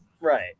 Right